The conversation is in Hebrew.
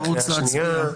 אתה בקריאה שנייה.